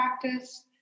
practice